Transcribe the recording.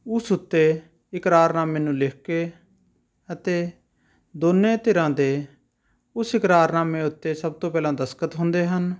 ਉਸ ਉੱਤੇ ਇਕਰਾਰਨਾਮੇ ਨੂੰ ਲਿਖ ਕੇ ਅਤੇ ਦੋਨੇ ਧਿਰਾਂ ਦੇ ਉਸ ਇਕਰਾਰਨਾਮੇ ਉੱਤੇ ਸਭ ਤੋਂ ਪਹਿਲਾਂ ਦਸਤਖ਼ਤ ਹੁੰਦੇ ਹਨ